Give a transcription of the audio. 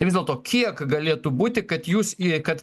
vis dėlto kiek galėtų būti kad jūs į kad